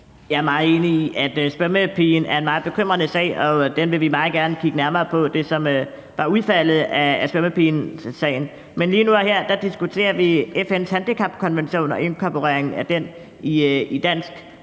Jeg er meget enig i, at svømmepigesagen er en meget bekymrende sag, og vi vil meget gerne kigge nærmere på det, som var udfaldet af svømmepigesagen. Men lige nu og her diskuterer vi FN's handicapkonvention og inkorporeringen af den i dansk